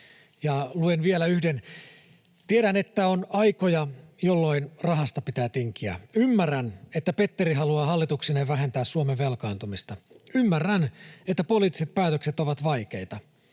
luen vielä yhden. ”Tiedän, että on aikoja, jolloin rahasta pitää tinkiä. Ymmärrän, että Petteri haluaa hallituksineen vähentää Suomen velkaantumista. Ymmärrän, että poliittiset päätökset ovat vaikeita.